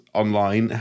online